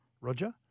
Roger